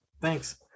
Thanks